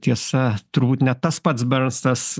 tiesa turbūt ne tas pats bernsas